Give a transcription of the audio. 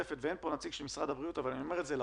אין פה נציג של משרד הבריאות אבל אני אומר את זה לאוצר: